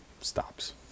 stops